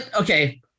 okay